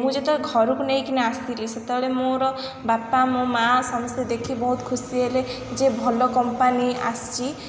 ମୁଁ ଯେତେବେଳେ ଘରକୁ ନେଇକି ଆସିଥିଲି ସେତେବେଳେ ମୋର ବାପା ମୋ ମାଆ ସମସ୍ତେ ଦେଖି ବହୁତ ଖୁସି ହେଲେ ଯେ ଭଲ କମ୍ପାନୀ ଆସିଛି